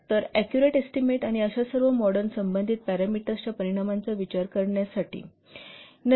तरऍक्युरेट estimate आणि अशा सर्व मॉडर्न संबंधित पॅरामीटर्सच्या परिणामाचा विचार करण्यासाठी प्रस्तावित केले गेले